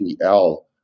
PL